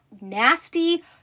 nasty